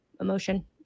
emotion